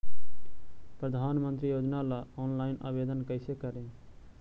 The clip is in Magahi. प्रधानमंत्री योजना ला ऑनलाइन आवेदन कैसे करे?